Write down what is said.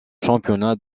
championnat